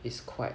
is quite